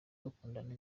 bakundana